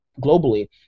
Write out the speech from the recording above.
globally